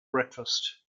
breakfast